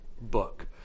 book